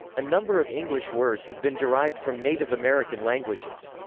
a number of english words have been derived from native american languages.